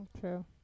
True